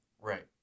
Right